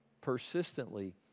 persistently